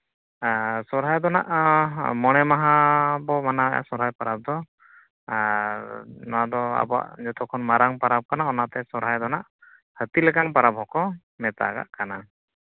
ᱟᱨ ᱥᱚᱦᱨᱟᱭ ᱫᱚ ᱦᱟᱸᱜ ᱢᱚᱬᱮ ᱢᱟᱦᱟ ᱵᱚᱱ ᱢᱟᱱᱟᱣᱮᱫᱼᱟ ᱥᱚᱦᱨᱟᱭ ᱯᱚᱨᱚᱵᱽ ᱫᱚ ᱟᱨ ᱱᱚᱣᱟ ᱫᱚ ᱟᱵᱚᱣᱟᱜ ᱡᱚᱛᱚ ᱠᱷᱚᱱ ᱢᱟᱨᱟᱝ ᱯᱚᱨᱚᱵᱽ ᱠᱟᱱᱟ ᱚᱱᱟᱛᱮ ᱥᱚᱦᱨᱟᱭ ᱫᱚ ᱦᱟᱸᱜ ᱦᱟᱹᱛᱤ ᱞᱮᱠᱟᱱ ᱯᱚᱨᱚᱵᱽ ᱦᱚᱸᱠᱚ ᱢᱮᱛᱟᱜᱟᱜ ᱠᱟᱱᱟ